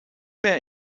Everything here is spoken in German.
mehr